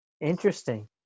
Interesting